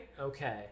Okay